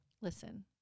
Listen